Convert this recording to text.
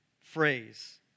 phrase